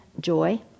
Joy